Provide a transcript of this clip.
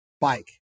bike